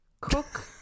Cook